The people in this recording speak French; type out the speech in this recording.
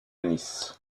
nice